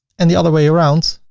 and the other way around,